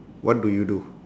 what do you do